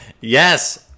Yes